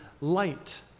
light